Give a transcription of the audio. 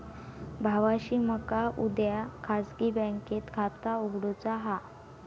भावाशी मका उद्या खाजगी बँकेत खाता उघडुचा हा